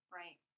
right